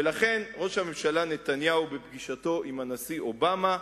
ולכן, ראש הממשלה נתניהו, בפגישתו עם הנשיא אובמה,